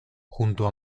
junto